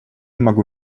могу